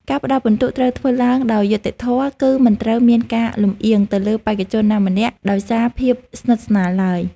ការផ្ដល់ពិន្ទុត្រូវធ្វើឡើងដោយយុត្តិធម៌ គឺ មិនត្រូវមានការលំអៀងទៅលើបេក្ខជនណាម្នាក់ដោយសារភាពស្និទ្ធស្នាលឡើយ។